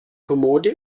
kommode